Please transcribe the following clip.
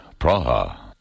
Praha